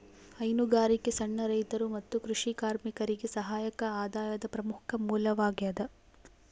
ಹೈನುಗಾರಿಕೆ ಸಣ್ಣ ರೈತರು ಮತ್ತು ಕೃಷಿ ಕಾರ್ಮಿಕರಿಗೆ ಸಹಾಯಕ ಆದಾಯದ ಪ್ರಮುಖ ಮೂಲವಾಗ್ಯದ